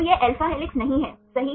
तो यह alpha helix नहीं है सही